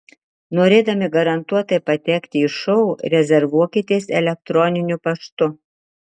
norėdami garantuotai patekti į šou rezervuokitės elektroniniu paštu